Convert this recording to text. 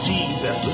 Jesus